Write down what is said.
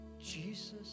Jesus